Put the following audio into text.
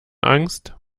angst